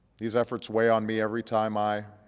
these efforts weigh on me every time i,